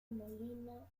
molina